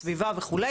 סביבה וכו',